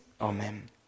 Amen